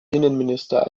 innenminister